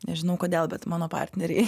nežinau kodėl bet mano partneriai